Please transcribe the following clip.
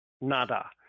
nada